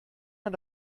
man